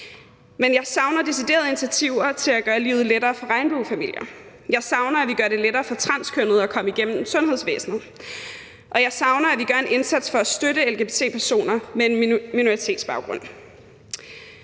Men jeg savner deciderede initiativer til at gøre livet lettere for regnbuefamilier, jeg savner, at vi gør det lettere for transkønnede at komme igennem sundhedsvæsenet, og jeg savner, at vi gør en indsat for at støtte lgbt-personer med en minoritetsbaggrund.